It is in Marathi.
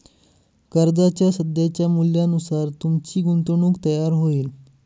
कर्जाच्या सध्याच्या मूल्यानुसार तुमची गुंतवणूक तयार होईल